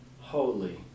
holy